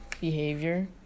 behavior